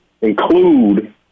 include